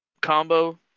combo